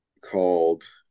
called